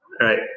Right